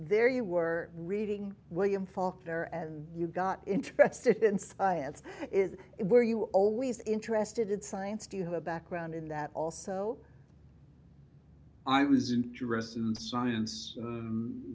there you were reading william faulkner and you got interested in science is it where you were always interested in science do you have a background in that also i was interested in science